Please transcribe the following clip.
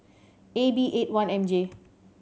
A B eight one M J